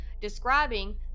Describing